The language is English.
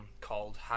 called